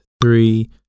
three